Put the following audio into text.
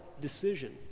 decision